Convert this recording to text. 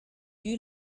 you